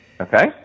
Okay